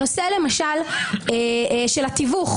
נושא התיווך